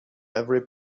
every